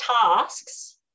tasks